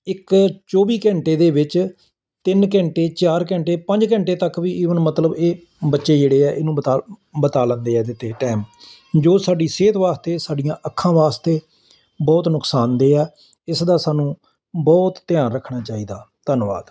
ਇੱਕ ਚੌਵੀ ਘੰਟੇ ਦੇ ਵਿੱਚ ਤਿੰਨ ਘੰਟੇ ਚਾਰ ਘੰਟੇ ਪੰਜ ਘੰਟੇ ਤੱਕ ਵੀ ਈਵਨ ਮਤਲਬ ਇਹ ਬੱਚੇ ਜਿਹੜੇ ਆ ਇਹਨੂੰ ਬਤਾ ਬਿਤਾ ਲੈਂਦੇ ਆ ਇਹਦੇ 'ਤੇ ਟਾਈਮ ਜੋ ਸਾਡੀ ਸਿਹਤ ਵਾਸਤੇ ਸਾਡੀਆਂ ਅੱਖਾਂ ਵਾਸਤੇ ਬਹੁਤ ਨੁਕਸਾਨਦੇਹ ਆ ਇਸ ਦਾ ਸਾਨੂੰ ਬਹੁਤ ਧਿਆਨ ਰੱਖਣਾ ਚਾਹੀਦਾ ਧੰਨਵਾਦ